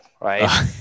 right